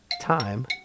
Time